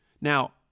Now